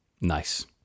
nice